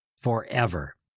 forever